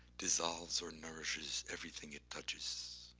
dissolves or nourishes everything it touches.